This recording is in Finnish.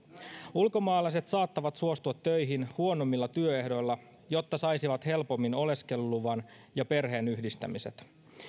ulkomaalaiset saattavat suostua töihin huonommilla työehdoilla jotta saisivat helpommin oleskeluluvan ja perheenyhdistämiset